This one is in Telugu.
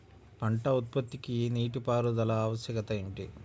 పంట ఉత్పత్తికి నీటిపారుదల ఆవశ్యకత ఏమిటీ?